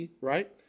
right